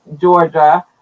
Georgia